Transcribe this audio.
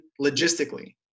Logistically